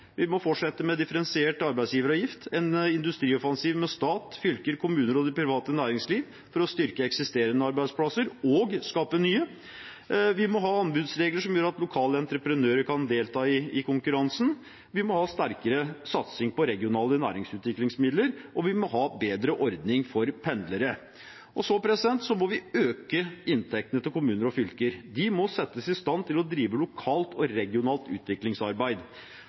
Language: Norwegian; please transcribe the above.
vi må styrke den eksportrettede industrien. Vi må fortsette med differensiert arbeidsgiveravgift og en industrioffensiv med stat, fylker, kommuner og det private næringsliv for å styrke eksisterende arbeidsplasser og skape nye. Vi må ha anbudsregler som gjør at lokale entreprenører kan delta i konkurransen. Vi må ha sterkere satsing på regionale næringsutviklingsmidler. Og vi må ha en bedre ordning for pendlere. Videre må vi øke inntektene til kommuner og fylker. De må settes i stand til å drive lokalt og regionalt utviklingsarbeid.